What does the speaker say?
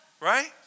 Right